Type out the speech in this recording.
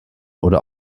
oder